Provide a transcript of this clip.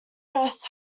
press